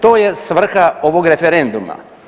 To je svrha ovog referenduma.